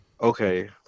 okay